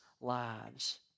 lives